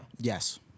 Yes